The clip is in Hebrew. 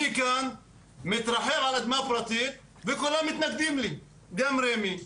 אני כאן מתרחב על אדמה פרטית וכולם מתנגדים לי גם רמ"י,